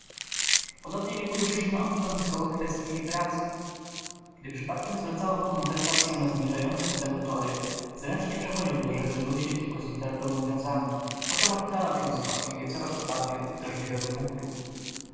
podobnie nie poruszyliśmy odtąd zgoła kwestyi literackich gdy przypadkiem zwracałem konwersacyę na zmierzające ku temu tory zręcznie przechodził do rzeczy luźnie tylko z literaturą związanych poczem oddalał się skwapliwie coraz to bardziej od drażliwego punktu